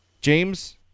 James